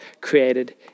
created